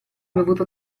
bevuto